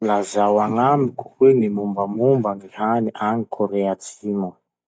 Lazao agnamiko hoe gny mombamomba gny hany agny Kore Atsimo?